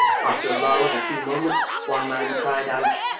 after a lull of a few moments, one man cried out,